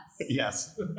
Yes